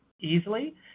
easily